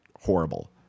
horrible